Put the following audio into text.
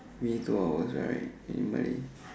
me two hours right you need money